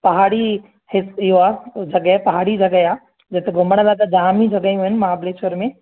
पहाड़ी हिते इहो आहे जॻहि पहाड़ी जॻहि आहे जिते घुमण लाइ त जाम ई जॻहियूं आहिनि महाबलेश्वर में